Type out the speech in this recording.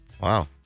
Wow